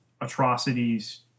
atrocities